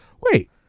Wait